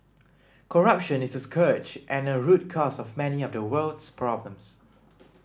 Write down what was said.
corruption is a scourge and a root cause of many of the world's problems